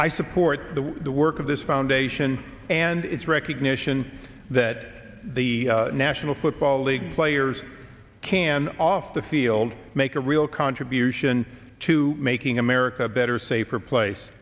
i support the work of this foundation and its recognition that the national football league players can off the field make a real contribution to making america a better safer place